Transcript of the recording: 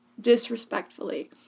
disrespectfully